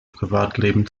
privatleben